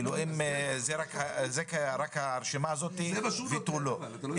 שזה רק הרשימה הזאת ותו לא.